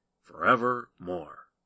forevermore